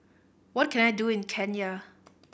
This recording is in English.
what can I do in Kenya